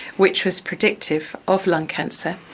which was predictive of lung cancer,